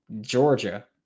Georgia